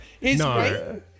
No